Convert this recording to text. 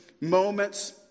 moments